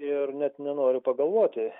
ir net nenoriu pagalvoti